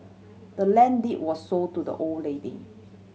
the land deed was sold to the old lady